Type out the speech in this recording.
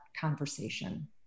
conversation